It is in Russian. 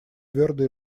твердо